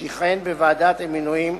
שיכהן בוועדת המינויים.